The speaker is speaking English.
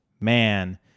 man